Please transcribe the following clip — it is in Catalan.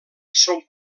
son